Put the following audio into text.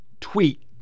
tweet